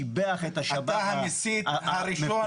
אתה המסית הראשון.